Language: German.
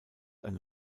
eine